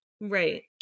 Right